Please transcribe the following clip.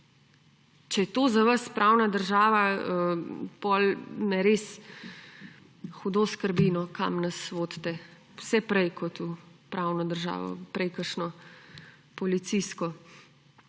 Če je to za vas pravna država, potem me res hudo skrbi, kam nas vodite. Vse prej kot v pravno državo. Prej v kakšno policijsko.